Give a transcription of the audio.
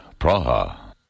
Praha